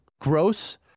Gross